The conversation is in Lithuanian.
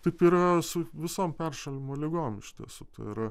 taip yra su visom peršalimo ligom iš tiesų tai yra